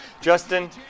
justin